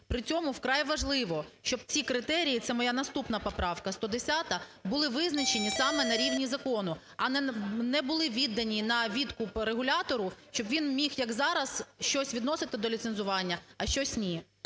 При цьому вкрай важливо, щоб ці критерії, це моя наступна поправка 110, були визначені саме на рівні закону, а не були віддані на відкуп регулятору, щоб він міг, як зараз, щось відносити до ліцензування, а щось - ні.